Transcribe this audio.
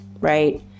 right